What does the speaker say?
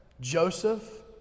Joseph